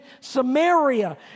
Samaria